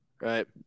Right